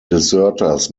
deserters